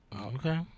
Okay